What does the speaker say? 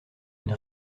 une